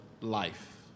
life